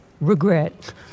regret